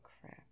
crap